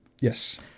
Yes